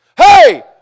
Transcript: Hey